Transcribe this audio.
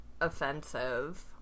offensive